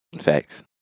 Facts